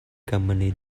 company